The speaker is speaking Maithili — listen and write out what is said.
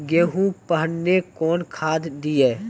गेहूँ पहने कौन खाद दिए?